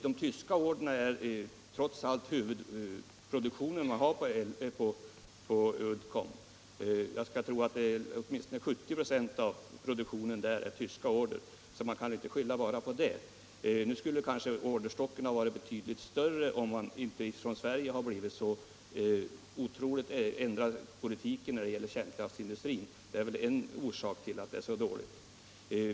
De tyska orderna svarar trots allt för huvudproduktionen på Uddcomb. Jag skulle tro att åtminstone 70 96 av orderna är tyska. Man kan inte bara skylla på det. Orderstocken skulle kanske vara betydligt större om man inte i Sverige ändrat politiken när det gäller kärnkraftsindustrin så otroligt. Den ändrade inriktningen är väl en orsak till den dåliga orderingången.